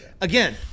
Again